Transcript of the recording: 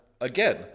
again